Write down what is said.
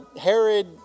Herod